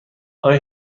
آیا